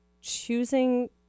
choosing